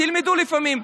תלמדו לפעמים,